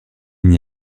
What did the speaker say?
n’y